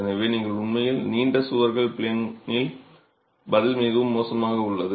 எனவே நீங்கள் உண்மையில் நீண்ட சுவர்கள் ப்ளேனில் பதில் மிகவும் மோசமாக உள்ளது